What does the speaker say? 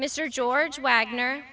mr george wagner